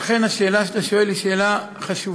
אכן השאלה שאתה שואל היא שאלה חשובה,